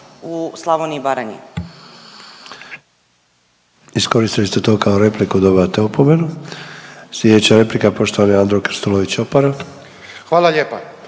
Ante (HDZ)** Iskoristili ste to kao repliku dobivate opomenu. Sljedeća replika poštovani Andro Krstulović Opara.